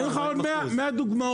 אתן לך עוד מאה דוגמאות.